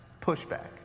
pushback